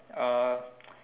uh